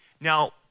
Now